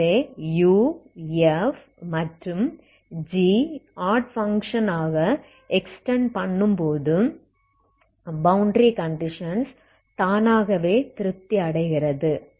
எனவே u f மற்றும் g odd function ஆக எக்ஸ்டெண்ட் பண்ணும்பொது பௌண்டரி கண்டிஷன்ஸ் தானாகவே திருப்தி அடைகிறது